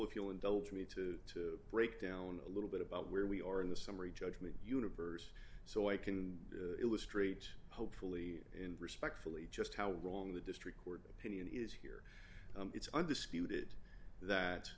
if you'll indulge me to d break down a little bit about where we are in the summary judgment universe so i can illustrate hopefully and respectfully just how wrong the district court opinion is here it's undisputed that